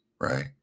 right